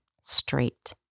straight